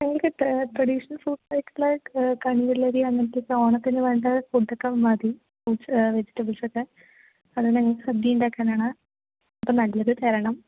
ഞങ്ങൾക്ക് traditional foods like കണ്ണിവെള്ളരി അങ്ങനത്തെ ഒക്കെ ഓണത്തിനു വേണ്ട ഫുഡോക്കെ മതി ഫ്രൂട്ട്സ് വെജിറ്റബിൾസൊക്കെ അതു ഞങ്ങൾക്ക് സദ്യയുണ്ടാക്കാൻ ആണ് അപ്പോൾ നല്ലതു തരണം